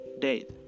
date